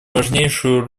важнейшую